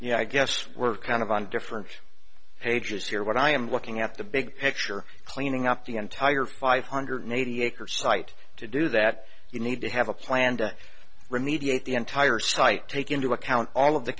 know i guess we're kind of on different pages here what i am looking at the big picture cleaning up the entire five hundred eighty acre site to do that you need to have a plan to remediate the entire site take into account all of the